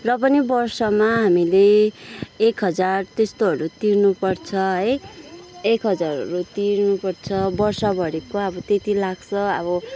र पनि वर्षमा हामीले एक हजार त्यस्तोहरू तिर्नु पर्छ है एक हजारहरू तिर्नु पर्छ वर्षभरिको अब त्यति लाग्छ अब